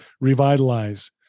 revitalize